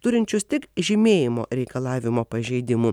turinčius tik žymėjimo reikalavimo pažeidimų